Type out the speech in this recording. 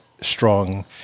strong